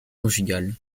conjugales